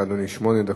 שמונה דקות.